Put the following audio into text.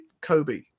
Kobe